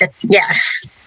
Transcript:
yes